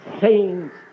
saints